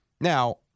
Now